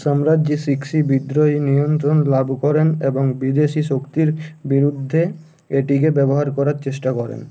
সম্রাজ্ঞী Cixi বিদ্রোহী নিয়ন্ত্রণ লাভ করেন এবং বিদেশী শক্তির বিরুদ্ধে এটিকে ব্যবহার করার চেষ্টা করেন